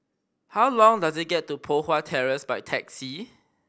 how long does it get to Poh Huat Terrace by taxi